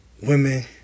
women